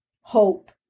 hope